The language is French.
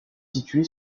située